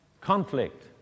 conflict